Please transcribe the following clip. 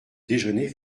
déjeuner